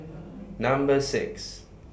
Number six